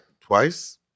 twice